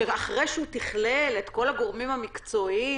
שאחרי שהוא תיכלל את כל הגורמים המקצועיים